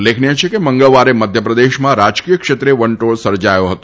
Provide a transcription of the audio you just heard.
ઉલ્લેખનિય છે કે મંગળવારે મધ્યપ્રદેશમાં રાજકીય ક્ષેત્રે વંટોળ સર્જાયો હતો